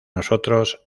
nosotros